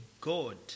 God